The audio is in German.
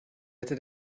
hätte